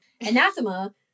anathema